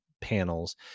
panels